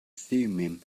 thummim